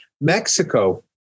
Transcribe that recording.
Mexico